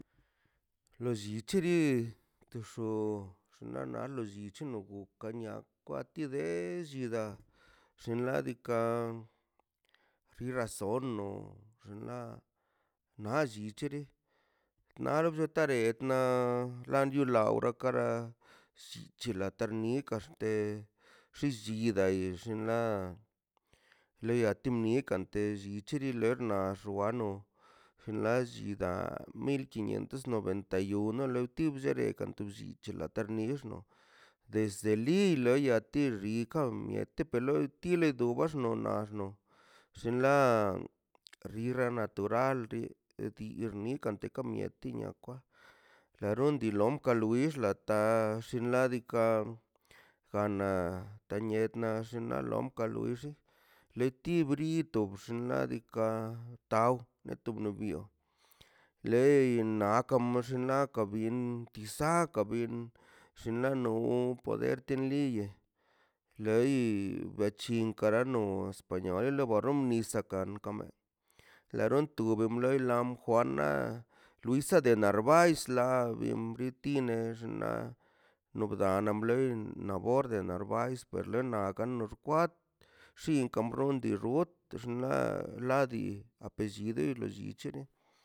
Ḻo llichiri kixu xnaꞌna lollich nogo kan nia kwati de llidaꞌ xinladikan razono ḻa xun ḻa naꞌ lli c̱he naꞌl be tare tnaa lanchu ḻa wraꞌ kare si chila tarnika axte xillidaꞌ e lli ḻa ḻea timikante llichilen lerna xuano xḻallida mil quinientos noventa y uno lo ti bzere kanto llin chela tarniixno desde ḻii leya te xikan miete pelo tile do ba xno naꞌ xno xen ḻa rinra natural bi dii xnikaꞌ teka miete ni kwa karron dii lom ka luish lataa xllin ladikaꞌ gan naꞌ taniet naꞌ xllin ḻa lom ka luishi ḻeti brito bxnaꞌ diikaꞌ taw neto boṉꞌ byo ḻei naakan mxaḻaka byen tisaka byen xinlano poderte liye ḻei betchin karano españolə el baron misakan kame la ron tu bemb ḻe iḻa juana luisa de narvais ḻa bi brinti ne xnaꞌ nob da naꞌ bḻein nabor de narvais per lena kano xkwat xin kabron di rut xnaꞌ ḻadi apellide lollic̱he.